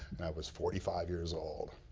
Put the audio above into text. was forty five years old.